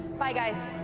bye, guys.